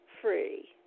free